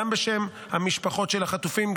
גם בשם המשפחות של החטופים,